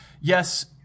yes